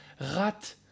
rat